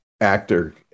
actor